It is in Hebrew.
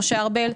משה ארבל,